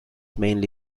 mainly